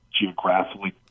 geographically